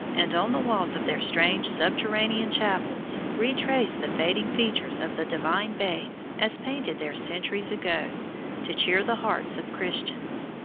and on the walls of their strange subterranean chapels retrace the fading features of the divine babe as painted there centuries ago to cheer the hearts of christians.